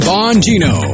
Bongino